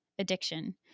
addiction